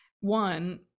one